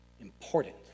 important